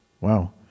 Wow